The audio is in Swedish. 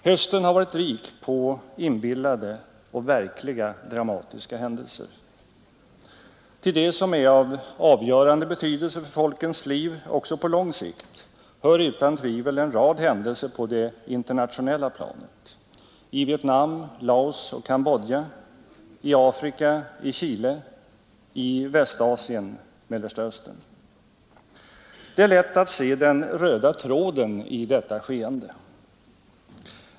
Hösten har varit rik på inbillade och verkliga dramatiska händelser. Till det som är av avgörande betydelse för folkens liv också på lång sikt hör utan tvivel en rad händelser på det internationella planet — i Vietnam, Laos och Cambodja, i Afrika, i Chile, i Västasien . Det är lätt att se den röda tråden i detta skeende.